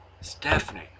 Stephanie